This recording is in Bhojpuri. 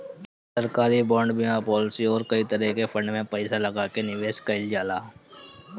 सरकारी बांड, बीमा पालिसी अउरी कई तरही के फंड में पईसा लगा के निवेश कईल जाला